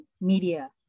media